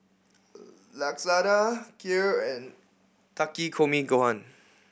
Lasagna Kheer and Takikomi Gohan